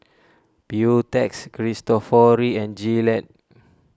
Beautex Cristofori and Gillette